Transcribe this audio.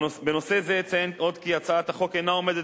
בנושא זה אציין עוד כי הצעת החוק אינה עומדת